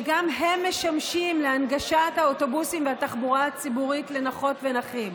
שגם הם משמשים להנגשת האוטובוסים והתחבורה הציבורית לנכות ונכים.